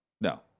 no